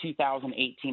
2018